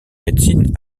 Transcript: médecine